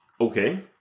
Okay